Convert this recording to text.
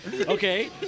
Okay